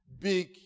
big